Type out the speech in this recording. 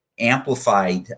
amplified